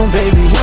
baby